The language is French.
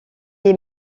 est